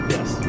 Yes